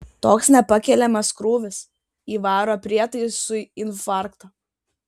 toks nepakeliamas krūvis įvaro prietaisui infarktą